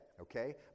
okay